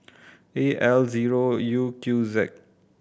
A L zero U Q Z